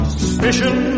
Suspicion